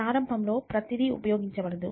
ప్రారంభంలో ప్రతిదీ ఉపయోగించబడదు